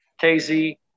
KZ